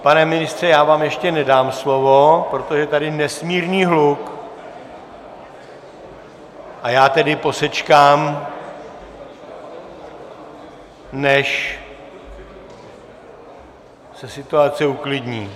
Pane ministře, já vám ještě nedám slovo, protože je tady nesmírný hluk, a já tedy posečkám, než se situace uklidní...